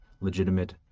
legitimate